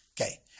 Okay